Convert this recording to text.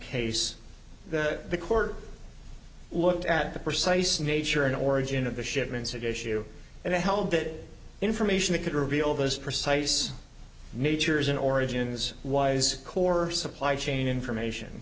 case that the court looked at the precise nature and origin of the shipments of issue and they held that information it could reveal those precise natures in origins wise core supply chain information